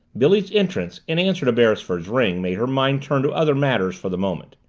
billy's entrance in answer to beresford's ring made her mind turn to other matters for the moment.